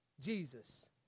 Jesus